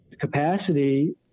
capacity